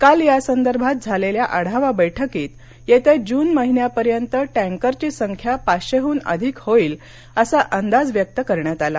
काल यासंदर्भात झालेल्या आढावा बैठकीत येत्या जून महिन्यापर्यंत टँकरची संख्या पाचशेडून अधिक होईल असा अंदाज व्यक्त करण्यात आला